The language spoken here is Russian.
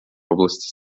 области